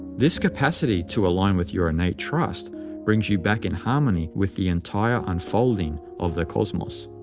this capacity to align with your innate trust brings you back in harmony with the entire unfolding of the cosmos.